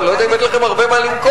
אני לא יודע אם יש לכם הרבה מה למכור,